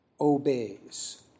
obeys